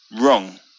wrong